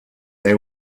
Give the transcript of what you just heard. they